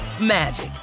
magic